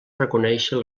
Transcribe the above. reconèixer